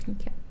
Okay